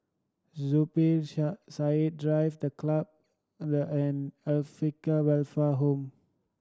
Zubir Said Drive The Club and an Acacia Welfare Home